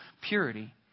purity